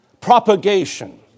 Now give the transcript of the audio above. propagation